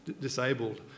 disabled